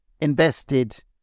invested